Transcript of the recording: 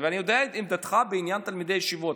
אני יודע את עמדתך בעניין תלמידי ישיבות,